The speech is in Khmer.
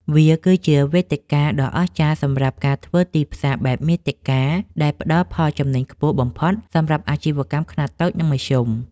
វាគឺជាវេទិកាដ៏អស្ចារ្យសម្រាប់ការធ្វើទីផ្សារបែបមាតិកា ដែលផ្តល់ផលចំណេញខ្ពស់បំផុតសម្រាប់អាជីវកម្មខ្នាតតូច និងមធ្យម។